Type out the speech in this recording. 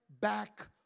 back